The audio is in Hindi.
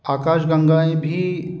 आकाश गंगाएं भी